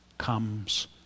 comes